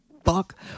fuck